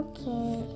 Okay